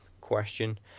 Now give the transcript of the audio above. question